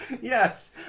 Yes